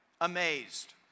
amazed